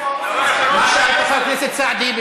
חבר הכנסת סעדי,